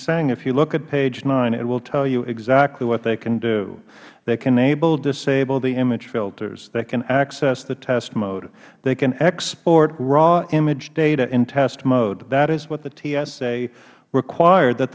saying if you look at page nine it will tell you exactly what they can do they can enabledisable the image filters they can access the test mode they can export raw image data in test mode that is what the tsa required that